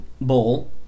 Bowl